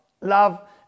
love